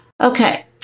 Okay